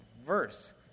verse